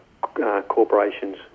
corporation's